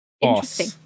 interesting